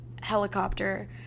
helicopter